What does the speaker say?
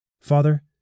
Father